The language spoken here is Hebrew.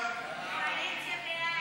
סעיפים